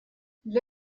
для